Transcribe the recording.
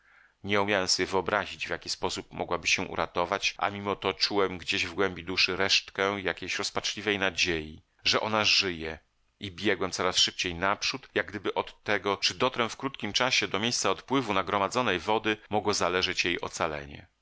nie umiałem sobie wyobrazić w jaki sposób mogłaby się uratować a mimo to czułem gdzieś w głębi duszy resztkę jakiejś rozpaczliwej nadziei że ona żyje i biegłem coraz szybciej naprzód jak gdyby od tego czy dotrę w krótkim czasie do miejsca odpływu nagromadzonej wody mogło zależeć jej ocalenie